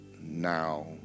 now